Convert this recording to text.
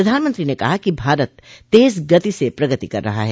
प्रधानमंत्री ने कहा कि भारत तेज गति से प्रगति कर रहा है